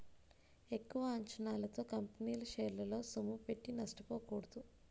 ఎక్కువ అంచనాలతో కంపెనీల షేరల్లో సొమ్ముపెట్టి నష్టపోకూడదు